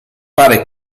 pare